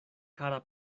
kara